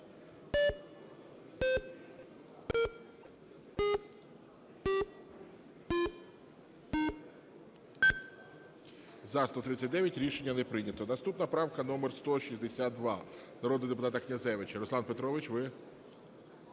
За-139 Рішення не прийнято. Наступна правка номер 162, народного депутата Князевича. Руслан Петрович, ви?